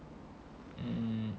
um